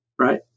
right